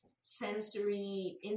sensory